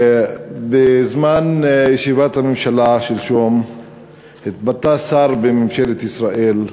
בזמן ישיבת הממשלה שלשום התבטא שר בממשלת ישראל,